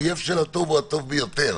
האויב של הטוב הוא הטוב ביותר.